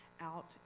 out